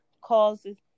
causes